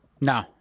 No